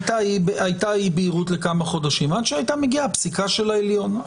הייתה אי בהירות לכמה חודשים עד שהייתה מגיעה פסיקה של העליון.